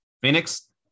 Phoenix